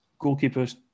goalkeepers